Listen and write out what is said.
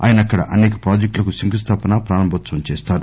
ఆయన అక్కడ అనేక ప్రాజెక్టులకు శంఖుస్థాపన ప్రారంభోత్సవం చేస్తారు